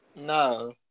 No